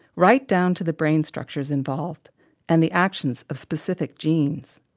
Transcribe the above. right down to the brain structures involved and the actions of specific genes.